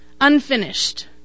unfinished